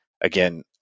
Again